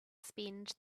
spend